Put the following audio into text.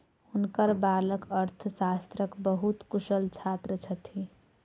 हुनकर बालक अर्थशास्त्रक बहुत कुशल छात्र छथि